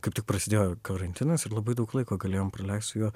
kaip tik prasidėjo karantinas ir labai daug laiko galėjom praleist su juo